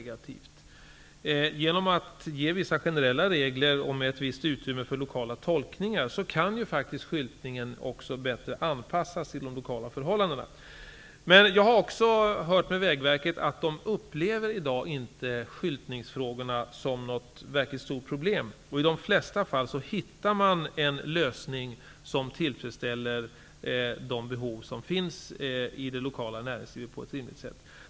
Genom vissa generella regler med ett visst utrymme för lokala tolkningar kan skyltningen faktiskt bättre anpassas till de lokala förhållandena. Fru talman! Jag har också hört med Vägverket att man där inte upplever skyltningsfrågorna som något verkligt stort problem i dag. I de flesta fall hittar man en lösning som tillfredsställer det behov som finns i det lokala näringslivet på ett rimligt sätt.